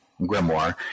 grimoire